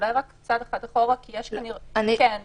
יש כאן